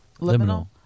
Liminal